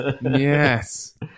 Yes